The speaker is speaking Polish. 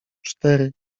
cztery